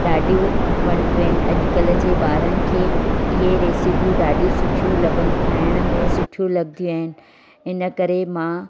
ॾाढियूं वणंदियूं आहिनि अॼुकल्ह जे ॿारनि खे इहे रेसिपियूं ॾाढियूं सुठियूं लॻंदी खाइण में सुठियूं लॻदियूं आहिनि इन करे मां ॿारनि खे